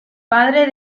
padre